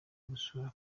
gusura